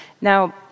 Now